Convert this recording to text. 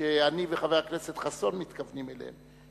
שאני וחבר הכנסת חסון מתכוונים אליהם,